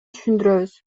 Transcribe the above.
түшүндүрөбүз